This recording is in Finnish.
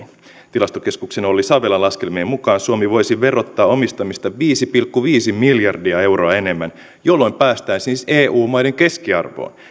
tilastokeskuksen olli savelan laskelmien mukaan suomi voisi verottaa omistamista viisi pilkku viisi miljardia euroa enemmän jolloin päästään siis eu maiden keskiarvoon